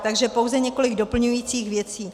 Takže pouze několik doplňujících věcí.